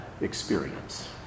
experience